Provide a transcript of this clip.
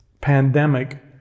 pandemic